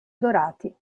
dorati